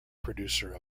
producer